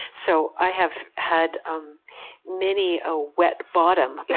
so, i have had um many a wet bottom yeah